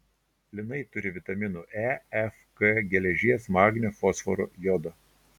linai turi vitaminų e f k geležies magnio fosforo jodo